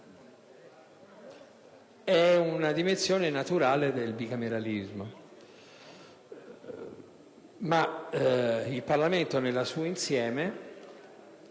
di una dimensione naturale del bicameralismo, anche se il Parlamento nel suo insieme